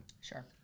Sure